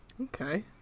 Okay